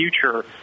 future